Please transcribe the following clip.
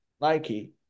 Nike